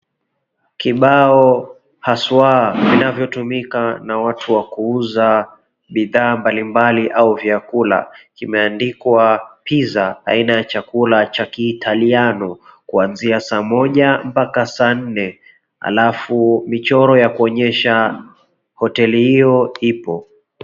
Kibao haswa kin𝑎𝑣yotumika na watu wa kuuza bidhaa mbalimbali au vyakula kimeandikwa pizza aina ya chakula cha kiitaliano, kwanzia saa moja mpaka saa nne. Alafu michoro ya kuonyesha hoteli hio ipo.